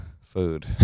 food